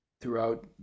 throughout